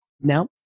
Now